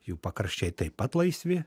jų pakraščiai taip pat laisvi